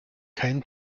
kein